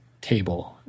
table